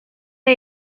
奥地利